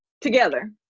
together